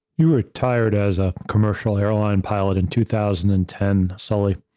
you retired as a commercial airline pilot in two thousand and ten. sally,